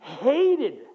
hated